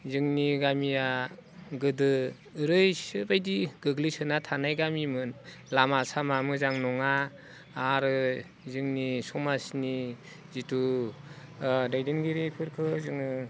जोंनि गामिया गोदो ओरै बायदि गोग्लैसोना थानाय गामिमोन लामा सामा मोजां नङा आरो जोंनि समाजनि जितु दैदेनगिरिफोरखौ जोङो